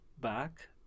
back